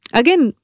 again